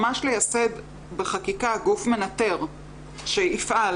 ממש לייסד בחקיקה גוף מנטר שיפעל